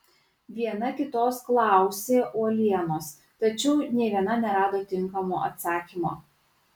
viena kitos klausė uolienos tačiau nė viena nerado tinkamo atsakymo